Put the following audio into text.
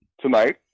tonight